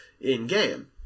in-game